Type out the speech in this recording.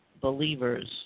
believers